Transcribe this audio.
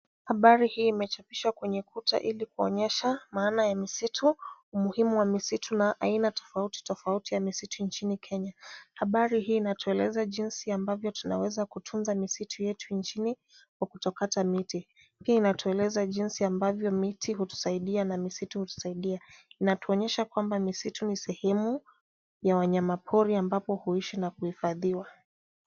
Habari hii imechapishwa kwenye kuta ili kuonyesha maana ya misitu, umuhimu wa misitu na aina tofauti tofauti ya misitu nchini Kenya. Habari hii inatueleza jinsi ambavyo tunaweza kutunza misitu yetu nchini kwa kutokata miti. Pia inatueleza jinsi ambavyo miti hutusaidia na misitu hutusaidia. Inatuonyesha kwamba misitu ni sehemu ya wanyama pori ambapo huishi na kuhifadhiwa.